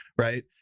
right